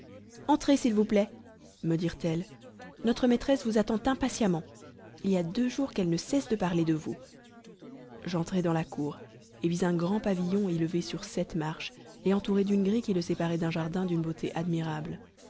entrez s'il vous plaît me dirent-elles notre maîtresse vous attend impatiemment il y a deux jours qu'elle ne cesse de parler de vous j'entrai dans la cour et vis un grand pavillon élevé sur sept marches et entouré d'une grille qui le séparait d'un jardin d'une beauté admirable